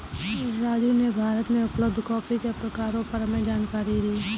राजू ने भारत में उपलब्ध कॉफी के प्रकारों पर हमें जानकारी दी